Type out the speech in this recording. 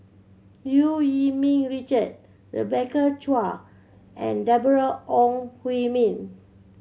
Eu Yee Ming Richard Rebecca Chua and Deborah Ong Hui Min